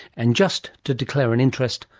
and just to declare an interest,